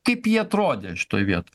kaip ji atrodė šitoj vietoj